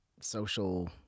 social